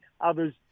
Others